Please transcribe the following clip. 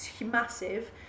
massive